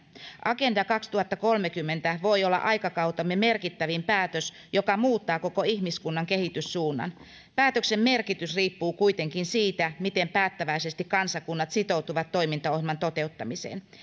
agenda kaksituhattakolmekymmentä voi olla aikakautemme merkittävin päätös joka muuttaa koko ihmiskunnan kehityssuunnan päätöksen merkitys riippuu kuitenkin siitä miten päättäväisesti kansakunnat sitoutuvat toimintaohjelman toteuttamiseen